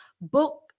Book